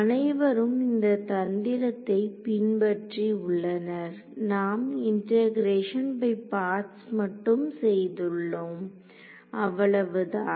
அனைவரும் இந்த தந்திரத்தை பின்பற்றி உள்ளனர் நாம் இண்டெகரேஷன் பை பார்ட்ஸ் மட்டும் செய்துள்ளோம் அவ்வளவுதான்